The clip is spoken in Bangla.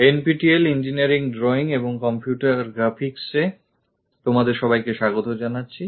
NPTELইঞ্জিনিয়ারিং ড্রইং এবং কম্পিউটার গ্রাফিক্স এ online certification course drawing এবং graphics তোমাদের সবাইকে স্বাগত জানাচ্ছি